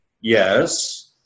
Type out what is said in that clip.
Yes